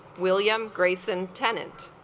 william grayson tenant